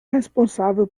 responsável